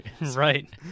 Right